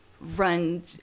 run